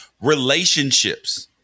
relationships